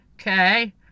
Okay